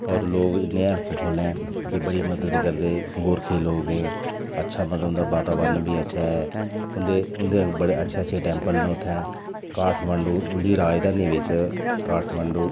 और लोक इन्ने हैल्पफुल ऐ कि बड़ी मदद करदे गोरखे लोक ऐ अच्छा मतलब उंदा वातावरण बी अच्छा ऐ उं'दे उं'दे बडे़ अच्छे अच्छे अच्छे टैंपल न उत्थै काठमाण्डु उंदी राजधानी बिच काठमाण्डु